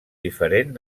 diferent